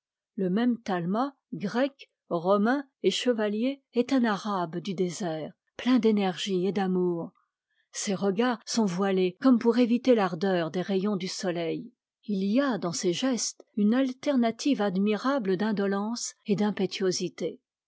le même talma grec romain et chevalier est un arabe du désert plein d'énergie et d'amour ses regards sont voilés comme pour éviter l'ardeur des rayons du soleil il y a dans ses gestes une alternative admirable d'indolence et